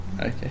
Okay